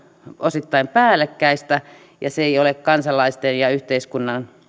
osittain päällekkäistä ja se ei ole kansalaisten ja yhteiskunnan